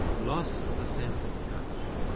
loss of the sense of touch,